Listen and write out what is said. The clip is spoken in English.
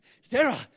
Sarah